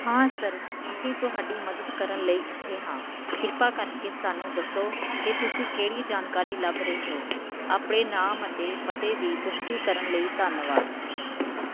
ਹਾਂ ਸਰ ਅਸੀਂ ਤੁਹਾਡੀ ਮਦਦ ਕਰਨ ਲਈ ਇੱਥੇ ਹਾਂ ਕਿਰਪਾ ਕਰਕੇ ਸਾਨੂੰ ਦੱਸੋ ਕਿ ਤੁਸੀਂ ਕਿਹੜੀ ਜਾਣਕਾਰੀ ਲੱਭ ਰਹੇ ਹੋ ਆਪਣੇ ਨਾਮ ਅਤੇ ਪਤੇ ਦੀ ਪੁਸ਼ਟੀ ਕਰਨ ਲਈ ਧੰਨਵਾਦ